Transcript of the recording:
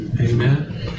Amen